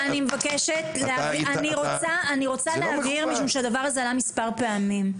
אני רוצה להבהיר משום שהדבר הזה עלה מספר פעמים.